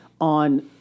on